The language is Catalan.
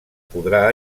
podrà